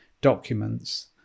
documents